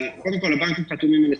אבל, קודם כול, הבנקים חתומים על הסכם.